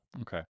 Okay